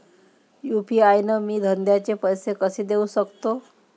UPI न मी धंद्याचे पैसे कसे देऊ सकतो?